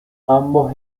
ambos